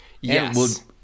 Yes